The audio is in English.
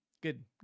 good